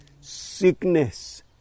Sickness